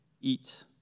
eat